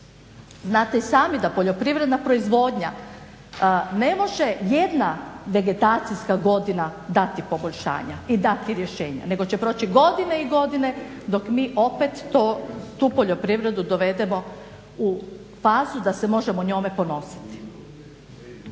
Znate i sami da poljoprivredna proizvodnja ne može jedna vegetacijska godina dati poboljšanja i dati rješenja nego će proći godine i godine dok mi opet tu poljoprivredu dovedemo u fazu da se možemo njome ponositi.